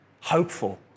hopeful